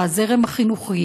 הזרם החינוכי